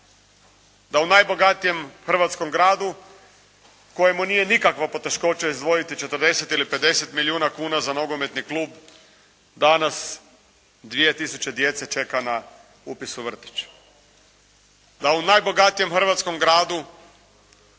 Da u najbogatijem hrvatskom gradu kojemu nije nikakva poteškoća izdvojiti 40 ili 50 milijuna kuna za nogometni klub danas 2 tisuće djece čeka na upis u vrtić. Da u najbogatijem hrvatskom gradu